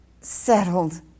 Settled